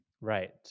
right